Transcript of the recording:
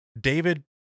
David